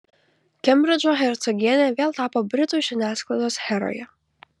kembridžo hercogienė vėl tapo britų žiniasklaidos heroje